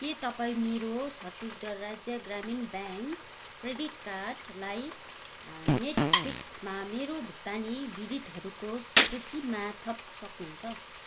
के तपाईँ मेरो छत्तिसगढ राज्य ग्रामीण ब्याङ्क क्रेडिट कार्डलाई नेटफ्लिक्समा मेरो भुक्तानी विधिहरूको सूचीमा थप्न सक्नुहुन्छ